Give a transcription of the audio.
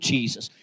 Jesus